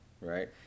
right